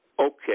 Okay